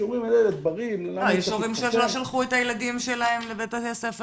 הורים שלא שלחו את הילדים שלהם לבתי הספר